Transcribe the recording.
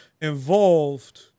involved